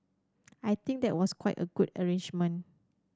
I think that was quite a good arrangement